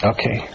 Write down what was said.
Okay